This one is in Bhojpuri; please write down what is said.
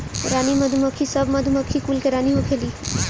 रानी मधुमक्खी सब मधुमक्खी कुल के रानी होखेली